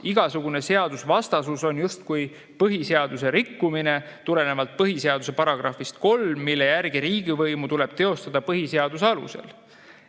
igasugune seadusvastasus on justkui põhiseaduse rikkumine tulenevalt põhiseaduse §‑st 3, mille järgi riigivõimu tuleb teostada põhiseaduse alusel.